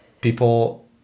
people